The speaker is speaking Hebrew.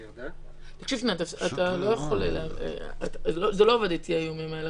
תקשיב שניה, זה לא עובד אתי האיומים האלה.